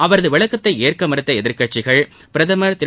அவரது விளக்கத்தை ஏற்க மறுத்த எதிர்க்கட்சியினர் பிரதமர் திரு